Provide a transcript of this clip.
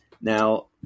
Now